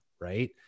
Right